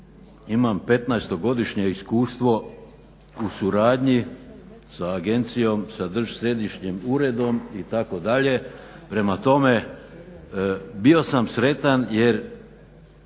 imam 15-godišnje iskustvo u suradnji sa agencijo, sa središnjim uredom itd. Prema tome, bio sam sretan jer